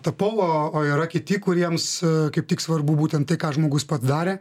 tapau o yra kiti kuriems kaip tik svarbu būtent tai ką žmogus padarė